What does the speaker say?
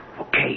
Okay